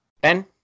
Ben